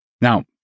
Now